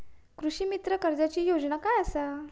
कृषीमित्र कर्जाची योजना काय असा?